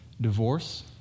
divorce